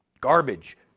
garbage